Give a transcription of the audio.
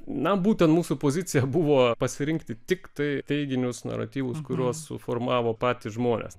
na būtent mūsų pozicija buvo pasirinkti tiktai teiginius naratyvus kuriuos suformavo patys žmonės